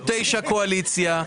אנחנו תשעה מן הקואליציה,